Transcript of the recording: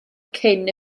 cyn